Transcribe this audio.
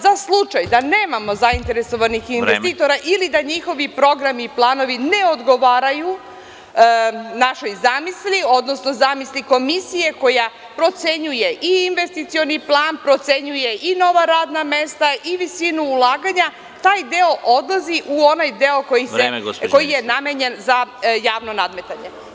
Za slučaj da nemamo zainteresovanih investitora, ili da njihovi programi i planovi ne odgovaraju našoj zamisli, odnosno zamisli komisije koja procenjuje i investicioni plan, procenjuje i nova radna mesta i visinu ulaganja, taj deo odlazi u onaj deo koji je namenjen za javno nadmetanje.